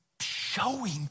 showing